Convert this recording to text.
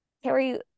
carrie